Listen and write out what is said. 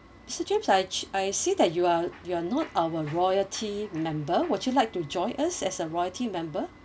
mister james I I see that you are you are not our royalty member would you like to join us as a royalty member